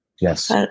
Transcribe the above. yes